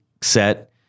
set